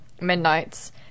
midnights